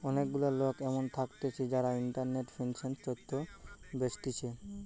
অনেক গুলা লোক এমন থাকতিছে যারা ইন্টারনেটে ফিন্যান্স তথ্য বেচতিছে